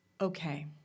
okay